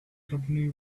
company